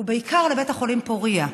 ובעיקר לבית החולים פוריה.